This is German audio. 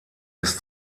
ist